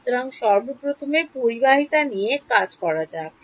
সুতরাং সর্বপ্রথমে পরিবাহিতা নিয়ে কাজ করা যাক